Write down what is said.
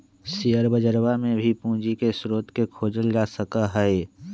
share बजरवा में भी पूंजी के स्रोत के खोजल जा सका हई